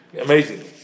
Amazing